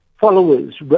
followers